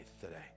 today